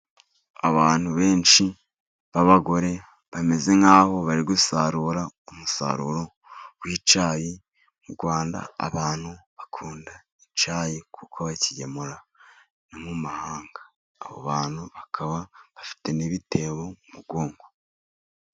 Abantu benshi b'abagore bameze nk'aho bari gusarura umusaruro w'icyayi. Mu Rwanda abantu bakunda icyayi kuko bakigemura mu mahanga. Abo bantu bakaba bafite n'ibitebo mu mugongo.